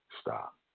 stop